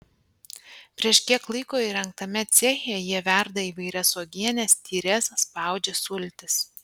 prieš kiek laiko įrengtame ceche jie verda įvairias uogienes tyres spaudžia sultis